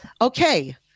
Okay